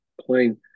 playing